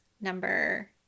number